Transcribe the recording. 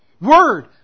word